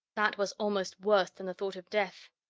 that was almost worse than the thought of death.